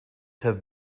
have